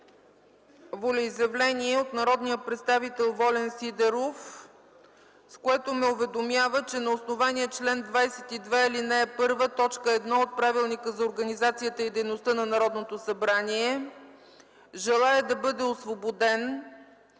волеизявление от народния представител Волен Сидеров, в което ме уведомява, че на основание чл. 22, ал. 1, т. 1 от Правилника за организацията и дейността на Народното събрание желае да бъде освободен